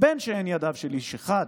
בין שהן ידיו של איש אחד,